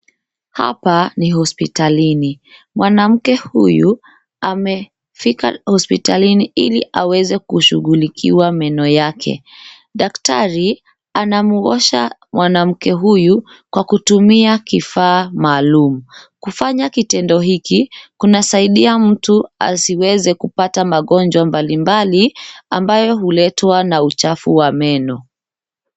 Hapa ni hospitalini. Mwanamke huyu amefika hospitalini ili aweze kushughulikiwa meno yake. Daktari anamuosha mwanamke huyu kwa kutumia kifaa maalum. Kufanya kitendo hiki kunasaidia mtu asiweze kupata magonjwa mbali mbali ambayo huletwa na uchafu wa meno.